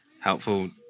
helpful